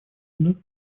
вновь